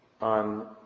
on